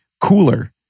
cooler